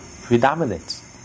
predominates